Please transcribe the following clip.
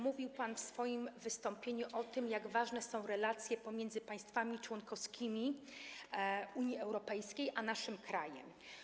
Mówił pan w swoim wystąpieniu o tym, jak ważne są relacje pomiędzy państwami członkowskimi Unii Europejskiej a naszym krajem.